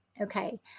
Okay